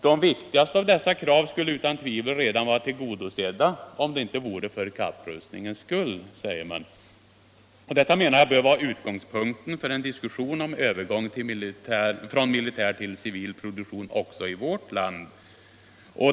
De viktigaste av dessa krav skulle utan tvivel redan vara väsentligen tillgodosedda om det inte vore för kapprustningens skull.” Jag menar att detta bör vara utgångspunkten för en diskussion om övergång från militär till civil produktion också i vårt land.